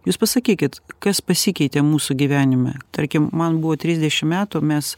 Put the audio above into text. jūs pasakykit kas pasikeitė mūsų gyvenime tarkim man buvo trisdešim metų mes